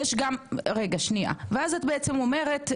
אז את בעצם אומרת,